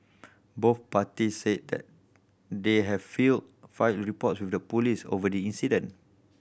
both parties said that they have filed find reports with the police over the incident